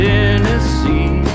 Tennessee